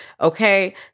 Okay